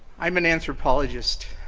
i'm an anthropologist